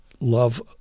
love